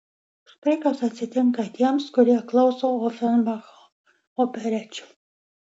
štai kas atsitinka tiems kurie klauso ofenbacho operečių